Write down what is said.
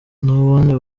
n’ubundi